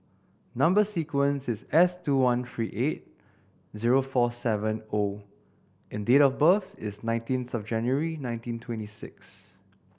number sequence is S two one three eight zero four seven O and date of birth is nineteenth of January nineteen twenty six